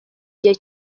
gihe